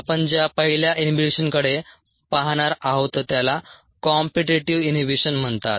आपण ज्या पहिल्या इनहिबिशनकडे पाहणार आहोत त्याला कॉम्पीटीटीव्ह इनहिबिशन म्हणतात